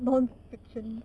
non-fiction